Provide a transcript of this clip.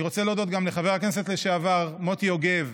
אני רוצה להודות גם לחבר הכנסת לשעבר מוטי יוגב,